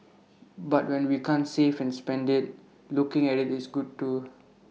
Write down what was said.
but when we can't save and spend IT looking at IT is good too